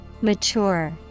Mature